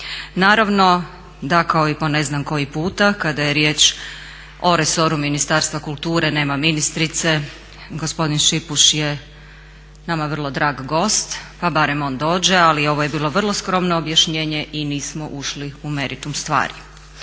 Naravno da kao i po ne znam koji puta kada je riječ o resoru Ministarstva kulture, nema ministrice, gospodin Šipuš je nama vrlo drag gost, pa barem on dođe. Ali ovo je bilo vrlo skromno objašnjenje i nismo ušli u meritum stvari.